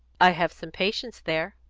i have some patients there.